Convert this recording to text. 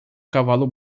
cavalo